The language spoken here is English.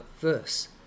verse